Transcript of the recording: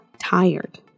tired